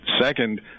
second